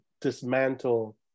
dismantle